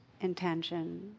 intention